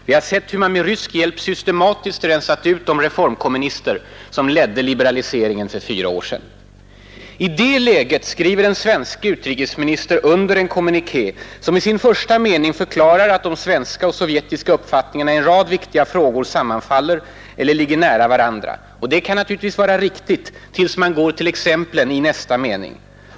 Vi har sett hur man med rysk hjälp systematiskt rensat ut de reformkommunister som ledde liberaliseringen för fyra år sedan. I det läget skriver den svenske utrikesministern under en kommuniké, som i första meningen förklarar att ”de svenska och sovjetiska uppfattningarna i en rad viktiga frågor sammanfaller eller ligger nära varandra”. Det kan vara riktigt — tills vi kommer till exemplen i nästa mening.